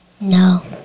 no